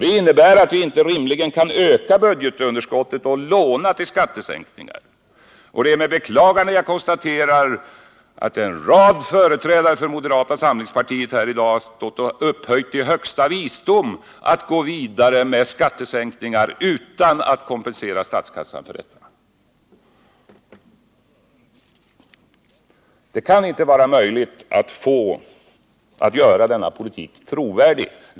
Det innebär att vi rimligen inte kan öka budgetunderskottet och låna till skattesänkningar. Det är med beklagande jag konstaterar att en rad företrädare för moderata samlingspartiet här i dag har upphöjt det till högsta visdom att gå vidare med skattesänkningar utan att kompensera statskassan för detta. Det går inte att göra denna politik trovärdig.